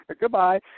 goodbye